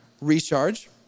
recharge